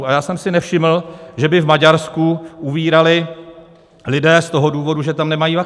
A já jsem si nevšiml, že by v Maďarsku umírali lidé z toho důvodu, že tam nemají vakcíny.